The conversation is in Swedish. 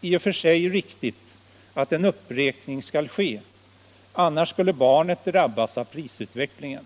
i och för sig riktigt att en uppräkning skall ske. Annars skulle barnet drabbas av prisutvecklingen.